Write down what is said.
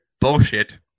bullshit